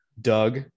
Doug